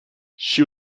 she